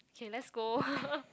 K let's go